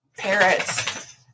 parrots